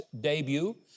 debut